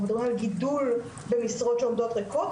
אנחנו מדברים על גידול במשרות שעומדות ריקות.